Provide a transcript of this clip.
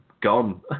gone